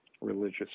religious